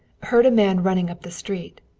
heard a man running up the street.